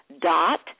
dot